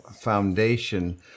foundation